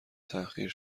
تحقیر